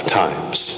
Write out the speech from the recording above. times